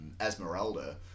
Esmeralda